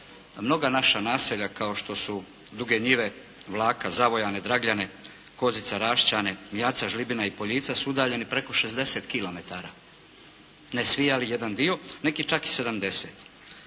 mnoga naša naselja kao što su Duge Njive, Vlaka, Zavojane, Dragljane, Kozica, Raščane, Mjaca, Žlibina i Poljica su udaljeni preko 60 kilometara, ne svi ali jedan dio, neki čak i 70.